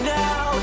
now